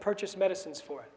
purchase medicines for